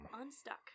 unstuck